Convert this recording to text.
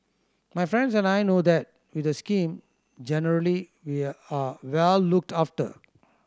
my friends and I know that with the scheme generally we are well looked after